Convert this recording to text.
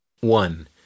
one